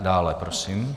Dále prosím.